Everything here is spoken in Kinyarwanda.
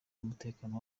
umutekano